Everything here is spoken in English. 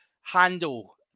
handle